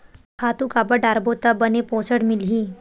खातु काबर डारबो त बने पोषण मिलही?